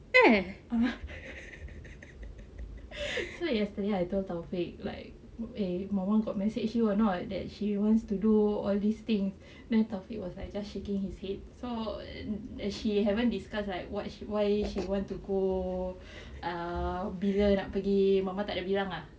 ah so yesterday I told taufik like eh my mum got message you or not that she wants to do all these thing then taufik was like just shaking his head so she haven't discuss like what why she want to go bila nak pergi mama tak ada bilang ah